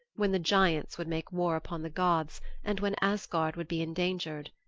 when the giants would make war upon the gods and when asgard would be endangered.